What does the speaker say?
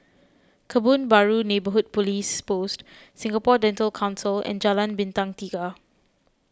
Kebun Baru Neighbourhood Police Post Singapore Dental Council and Jalan Bintang Tiga